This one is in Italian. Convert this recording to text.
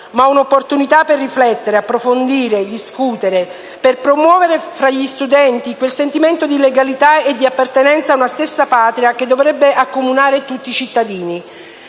ma un'opportunità per riflettere, approfondire, discutere, per promuovere tra gli studenti quel sentimento di legalità e di appartenenza a una stessa Patria che dovrebbe accomunare tutti i cittadini.